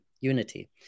unity